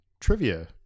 trivia